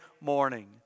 morning